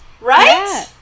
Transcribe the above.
Right